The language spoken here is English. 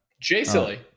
J-Silly